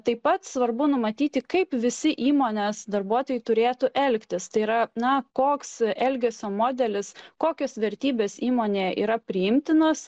taip pat svarbu numatyti kaip visi įmonės darbuotojai turėtų elgtis tai yra na koks elgesio modelis kokios vertybės įmonėje yra priimtinos